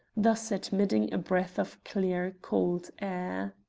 thus admitting a breath of clear cold air.